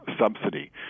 subsidy